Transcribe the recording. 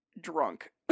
drunk